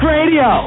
Radio